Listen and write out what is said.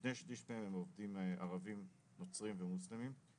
כשני שליש מהם הם עובדים ערבים נוצרים ומוסלמים,